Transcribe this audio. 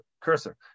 cursor